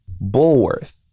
Bullworth